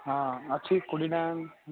ହଁ ଅଛି କୋଡ଼ିଏ ଟଙ୍କିଆ